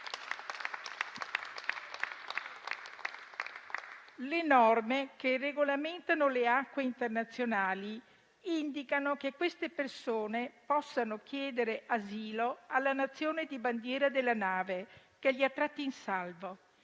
Le norme che regolamentano le acque internazionali indicano che queste persone possano chiedere asilo alla Nazione di bandiera della nave che le ha tratte in salvo.